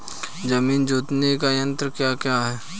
जमीन जोतने के यंत्र क्या क्या हैं?